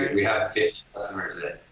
we have fifty customers that,